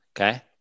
Okay